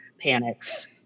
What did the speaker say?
panics